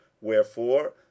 wherefore